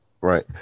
Right